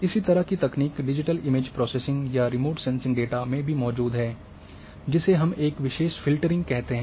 इसी तरह की तकनीक डिजिटल इमेज प्रोसेसिंग या रिमोट सेंसिंग डेटा में भी मौजूद है जिसे हम एक विशेष फ़िल्टरिंग कहते हैं